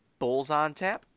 BullsOnTap